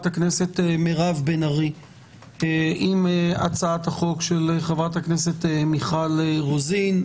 מירב בן ארי עם הצעת החוק של חברת הכנסת מיכל רוזין.